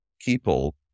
people